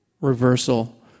Reversal